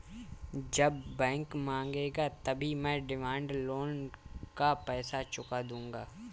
जब बैंक मांगेगा तभी मैं डिमांड लोन का पैसा चुका दूंगा